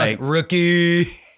rookie